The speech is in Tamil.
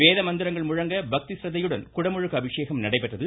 வேத மந்திரங்கள் முழங்க பக்தி சிரத்தையுடன் குடமுழுக்கு அபிஷேகம் நடைபெற்றது